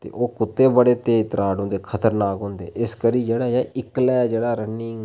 ते ओह् कुत्ते बड़े तेज तरार होंदे खतरनाक होंदे इस करी जेह्ड़ा एह् इक्कलै जेह्ड़ा रनिंग